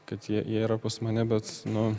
kad jie jie yra pas mane bet nu